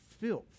filth